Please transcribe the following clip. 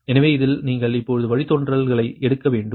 எனவே இதில் நீங்கள் இப்போது வழித்தோன்றலை எடுக்க வேண்டும்